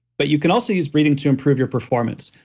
but you can also use breathing to improve your performance.